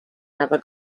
never